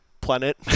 planet